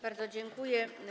Bardzo dziękuję.